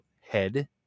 head